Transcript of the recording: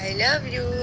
love you